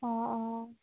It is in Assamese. অঁ অঁ